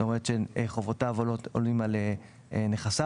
זאת אומרת, שחובותיו עולים על נכסיו.